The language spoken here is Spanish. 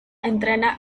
entrena